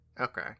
Okay